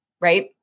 right